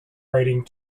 writing